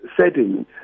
setting